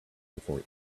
before